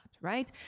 right